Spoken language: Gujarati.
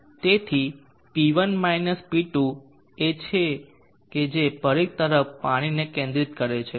તેથી P1 P2 એ છે કે જે પરિઘ તરફ પાણીને કેન્દ્રિત કરે છે